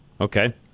Okay